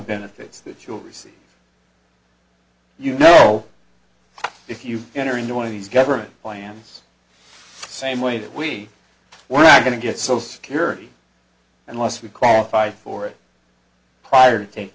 benefits that you'll receive you know if you enter into one of these government plans same way that we were not going to get so security unless we qualify for it prior to t